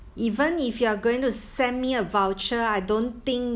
even if you are going to send me a voucher I don't think